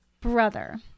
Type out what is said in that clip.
brother